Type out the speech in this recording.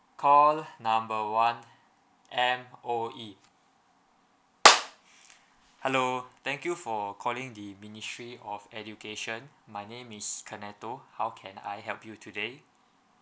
call number one M_O_E hello thank you for calling the ministry of education my name is cornetto how can I help you today